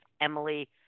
Emily